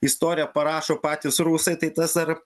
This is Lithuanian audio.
istoriją parašo patys rusai tai tas ar